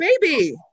baby